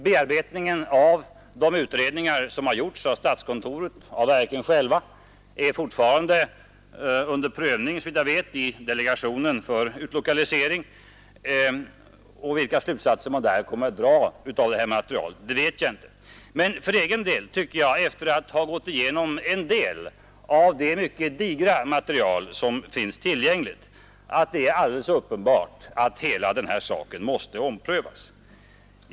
Bearbetningen av de utredningar som gjorts av delegationen, av statskontoret och av verken själva är såvitt jag vet fortfarande under prövning av delegationen för utlokalisering, och vilka slutsatser man där kommer att dra av materialet vet jag inte. Men för egen del tycker jag, efter att ha gått igenom en del av det mycket digra material som finns tillgängligt, att det är alldeles uppenbart att hela denna sak måste omprövas.